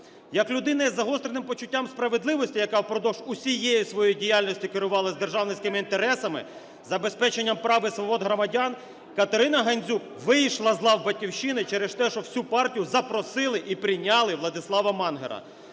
Як людина із загостреним почуттям справедливості, яка впродовж усієї своєї діяльності керувалась державницькими інтересами, забезпеченням прав і свобод громадян, Катерина Гандзюк вийшла з лав "Батьківщини" через те, що в цю партію запросили і прийняли Владислава Мангера.